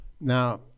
now